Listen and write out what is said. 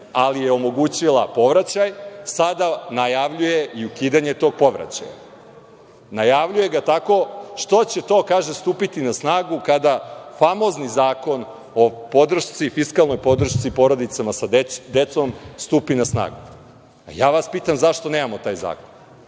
ali je omogućila povraćaj, sada najavljuje i ukidanje tog povraćaja. Najavljuje ga tako što će to, kako kaže, stupiti na snagu kada famozni zakon o fiskalnoj podršci porodicama sa decom stupi na snagu. Ja vas pitam, zašto nemamo taj zakon?